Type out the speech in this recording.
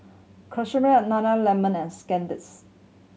Nana Lemon and Sandisk